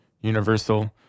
universal